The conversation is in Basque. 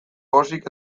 pozik